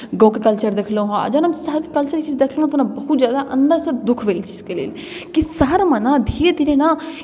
गामके कल्चर देखलहुँ हेँ आ जखन हम शहरके कल्चर ई चीज देखलहुँ तऽ हमरा बहुत ज्यादा अंदरसँ दुःख भेल एहि चीजके लेल कि शहरमे ने धीरे धीरे ने